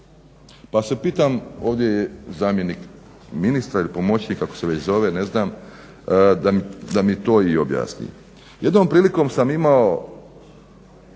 Pa se pitam ovdje je zamjenik ministra ili pomoćnik kako se već zove ne znam da mi to i objasni? Jednom prilikom sam imao